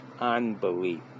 unbelief